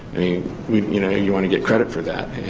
you know you wanna give credit for that.